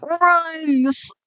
runs